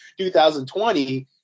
2020